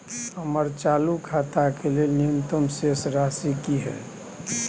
हमर चालू खाता के लेल न्यूनतम शेष राशि की हय?